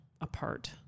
apart